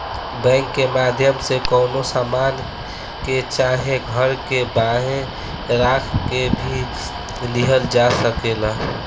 bank के माध्यम से कवनो सामान के चाहे घर के बांहे राख के भी लिहल जा सकेला